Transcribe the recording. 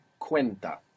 cuenta